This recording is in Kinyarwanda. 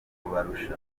kubarusha